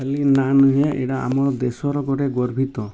ଖାଲି ନା ନୁହେଁ ଏଇଟା ଆମର ଦେଶର ଗୋଟେ ଗର୍ବିତ